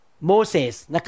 Moses